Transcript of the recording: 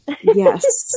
Yes